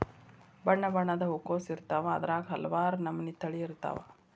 ಬಣ್ಣಬಣ್ಣದ ಹೂಕೋಸು ಇರ್ತಾವ ಅದ್ರಾಗ ಹಲವಾರ ನಮನಿ ತಳಿ ಇರ್ತಾವ